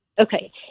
Okay